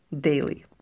daily